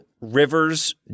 Rivers